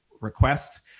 request